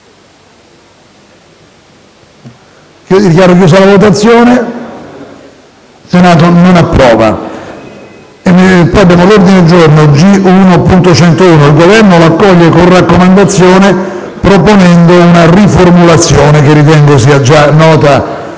**Il Senato non approva**.